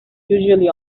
usually